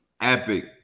epic